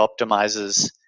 optimizes